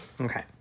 Okay